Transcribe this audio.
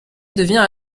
devient